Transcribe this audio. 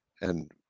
And-